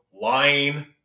lying